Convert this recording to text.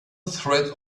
threat